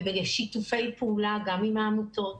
ובשיתופי פעולה גם עם העמותות,